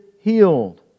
healed